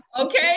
Okay